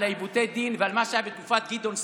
על עיוותי דין ועל מה שהיה בתקופת גדעון סער,